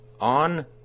on